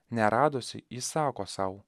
neradusi ji sako sau